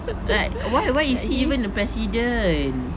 that's why why is he even the president